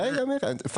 אמרתי לך זה רך, זה